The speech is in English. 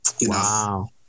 Wow